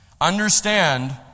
Understand